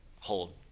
hold